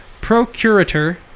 Procurator